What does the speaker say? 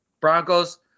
Broncos